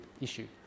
issue